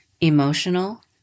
emotional